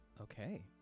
Okay